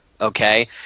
okay